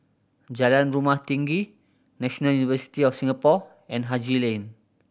Jalan Rumah Tinggi National University of Singapore and Haji Lane